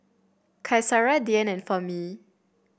Qaisara Dian and Fahmi